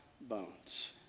bones